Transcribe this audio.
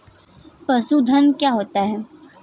पशुधन क्या होता है?